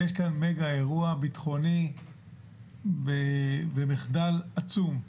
יש כאן מגה אירוע ביטחוני ומחדל עצום.